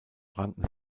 ranken